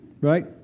Right